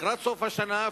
לקראת סוף השנה,